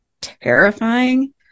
terrifying